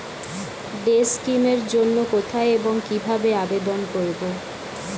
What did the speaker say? Day scheme এর জন্য কোথায় এবং কিভাবে আবেদন করব?